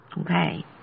Okay